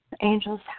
angels